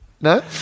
No